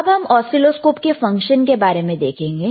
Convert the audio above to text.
अब हम ऑसीलोस्कोप के फंक्शन के बारे में देखेंगे